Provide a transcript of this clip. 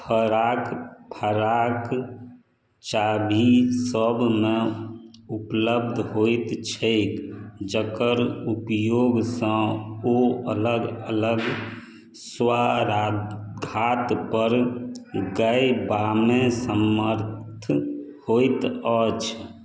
फराक फराक चाभी सभमे उपलब्ध होइत छैक जकर उपयोगसँ ओ अलग अलग स्वाराघात पर गयबामे समर्थ होइत अछि